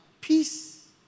peace